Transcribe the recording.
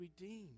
redeemed